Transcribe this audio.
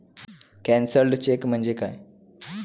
Cancelled cheque म्हणजे काय?